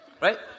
Right